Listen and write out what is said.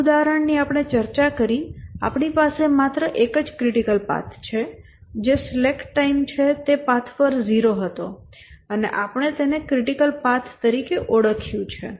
એક ઉદાહરણ આપણે ચર્ચા કરી આપણી પાસે માત્ર એક જ ક્રિટિકલ પાથ છે જે સ્લેક ટાઇમ છે તે એક પાથ પર 0 હતો અને આપણે તેને એક ક્રિટિકલ પાથ તરીકે ઓળખ્યું છે